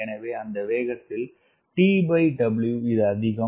எனவே அந்த வேகத்தில் TW இது அதிகம்